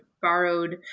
borrowed